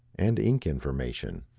and ink information.